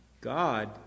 God